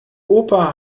opa